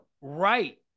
Right